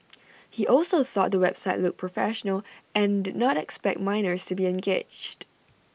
he also thought the website looked professional and did not expect minors to be engaged